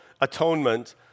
atonement